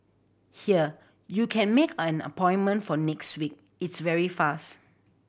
here you can make an appointment for next week it's very fast